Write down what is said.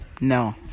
No